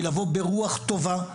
היא לבוא ברוח טובה,